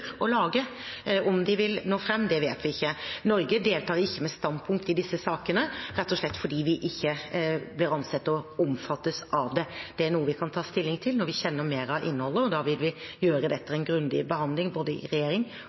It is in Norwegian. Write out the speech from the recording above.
å lage. Om de vil nå fram, det vet vi ikke. Norge deltar ikke med standpunkt i disse sakene rett og slett fordi vi ikke blir ansett å omfattes av dette. Det er noe vi kan ta stilling til når vi kjenner mer av innholdet, og da vil vi gjøre det etter en grundig behandling både i regjering